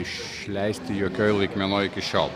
išleisti jokioj laikmenoj iki šiol